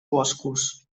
boscos